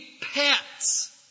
pets